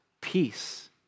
peace